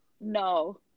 No